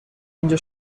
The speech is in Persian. اینجا